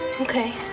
Okay